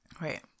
Right